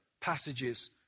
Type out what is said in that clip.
passages